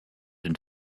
une